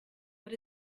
but